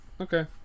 Okay